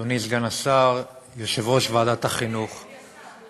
אדוני סגן השר, יושב-ראש ועדת החינוך, אדוני השר.